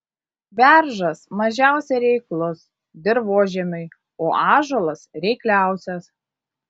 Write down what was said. beržas mažiausiai reiklus dirvožemiui o ąžuolas reikliausias